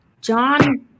John